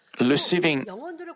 receiving